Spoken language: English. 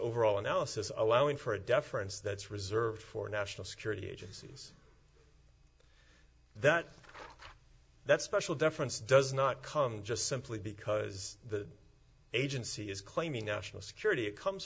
overall analysis allowing for a deference that's reserved for national security agencies that that special deference does not come just simply because the agency is claiming national security it comes